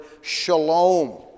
shalom